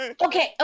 okay